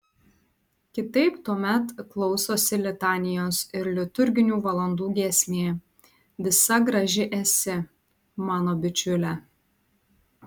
kitaip tuomet klausosi litanijos ir liturginių valandų giesmė visa graži esi mano bičiule